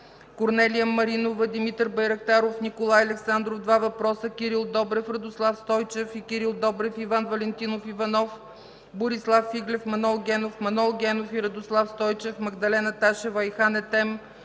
Корнелия Маринова, Димитър Байрактаров, Николай Александров – два въпроса, Кирил Добрев, Радослав Стойчев и Кирил Добрев, Иван Валентинов Иванов, Борислав Иглев, Манол Генов, Манол Генов и Радослав Стойчев, Магдалена Ташева, Айхан Етем,